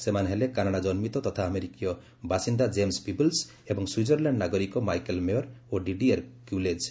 ସେମାନେ ହେଲେ କାନାଡ଼ା ଜନ୍ମିତ ତଥା ଆମେରିକୀୟ ବାସିନ୍ଦା ଜେମ୍ସ ପିବଲ୍ଧ ଏବଂ ସ୍ୱିଜର୍ଲ୍ୟାଣ୍ଡ ନାଗରିକ ମାଇକେଲ୍ ମେୟର୍ ଓ ଡିଡିଏର୍ କ୍ୟୁଲୋକ୍